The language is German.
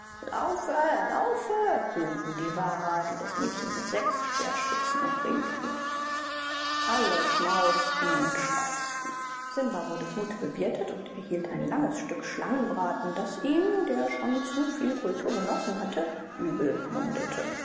laufe höhnten die waha die das mädchen mit sechs speerspitzen umringten alle schmausten und schwatzten simba wurde gut bewirtet und erhielt ein langes stück schlangenbraten das ihm der schon zu viel kultur genossen hatte übel mundete